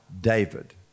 David